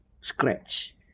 scratch